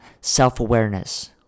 Self-awareness